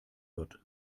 wird